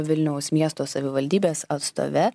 vilniaus miesto savivaldybės atstove